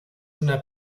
una